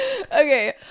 Okay